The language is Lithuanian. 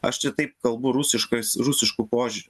aš čia taip kalbu rusiškai rusišku požiūriu